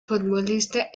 futbolista